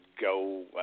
go